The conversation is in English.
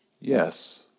yes